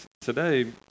today